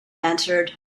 answered